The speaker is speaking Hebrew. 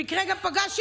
במקרה גם פגשתי,